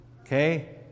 Okay